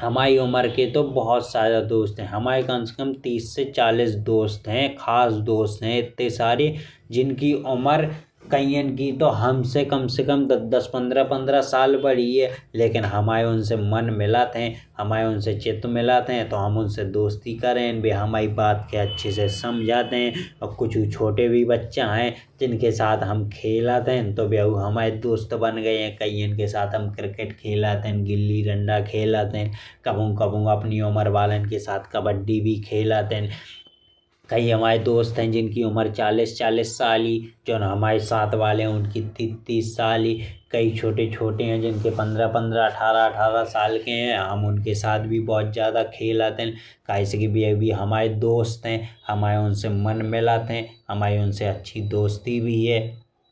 हमें उमर के कई सारे दोस्त हैं। हमाये कम से कम तीस से चालीस दोस्त हैं खास दोस्त हैं। इत्ते सारे जिनकी उमर कईयों की तो हमसे कम से कम दस पंद्रह साल बड़ी है। लेकिन हमाये उनसे मन मिलत ऐन हमाये उनसे चित्त मिलत हैं। तो हम उनसे दोस्ती करें हैं वे हमई बात के अच्छे से समझत हैं। और कुच्छू छोटे भी बच्चा हैं जिनके साथ हम खेलत हैं तो वेयू हमाये दोस्त बन गए हैं। कईयों के साथ हम क्रिकेट खेलत हुं गिल्ली डंडा खेलत हैं। कबहू कबहू अपनी उमर वालों के साथ कबड्डी भी खेलत हुं। कई हमाये दोस्त हैं जिनकी उमर चालीस चालीस साल ही जोन हमाये साथ वाले हैं। वे तीस तीस साल ही कई छोटे छोटे हैं। जो की पंद्रह पंद्रह साल अठारह अठारह साल की हैं। हम उनके साथ भी बहुत ज्यादा खेलत हैं, कई से की वे भी हमाये दोस्त हैं। हमाये उनसे मुन मिलत है हमे उनसे अच्छी दोस्ती भी है।